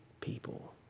people